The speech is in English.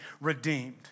redeemed